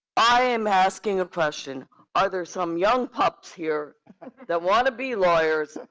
i am asking a question. are there some young pups here that wanna be lawyers,